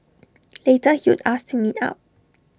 later he would ask to meet up